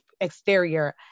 exterior